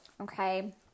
okay